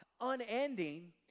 unending